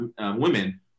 women